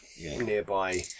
nearby